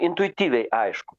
intuityviai aišku